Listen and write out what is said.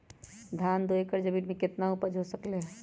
धान दो एकर जमीन में कितना उपज हो सकलेय ह?